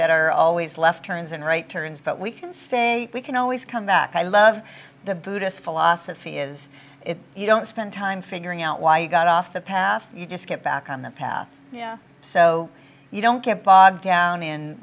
that are always left turns and right turns but we can say we can always come back i love the buddhist philosophy is if you don't spend time figuring out why you got off the path you just get back on the path so you don't get bogged down in